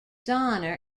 donner